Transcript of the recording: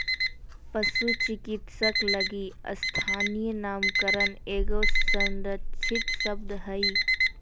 पशु चिकित्सक लगी स्थानीय नामकरण एगो संरक्षित शब्द हइ